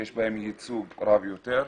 שיש בהם ייצוג רב יותר.